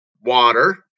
water